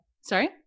Sorry